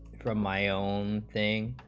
to my own thing,